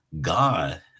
God